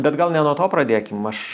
bet gal ne nuo to pradėkim aš